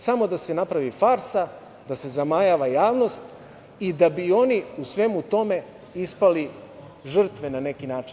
Samo da se napravi farsa, da se zamajava javnost, da bi oni u svemu tome ispali žrtve na neki način.